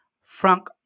Frank